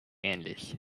ähnlich